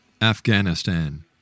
Afghanistan